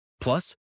Plus